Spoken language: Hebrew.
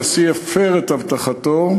הנשיא הפר את הבטחתו,